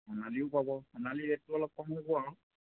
সোণালীও পাব সোণালীৰ ৰেটটো অলপ কম হ'ব আৰু